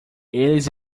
eles